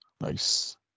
Nice